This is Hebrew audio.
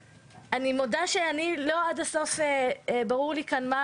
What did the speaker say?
אני מודה שלא עד הסוף ברור לי כאן מה